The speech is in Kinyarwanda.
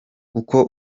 uko